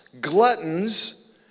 gluttons